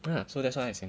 !wah! so that's why as in